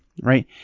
Right